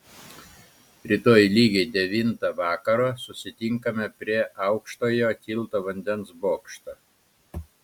rytoj lygiai devintą vakaro susitinkame prie aukštojo tilto vandens bokšto